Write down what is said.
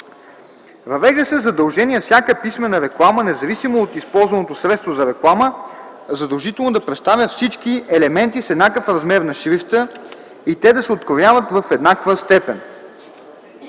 Въвежда се задължение всяка писмена реклама, независимо от използваното средство за реклама, задължително да представя всички елементи с еднакъв размер на шрифта и те да се открояват в еднаква степен.